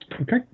Okay